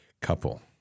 couple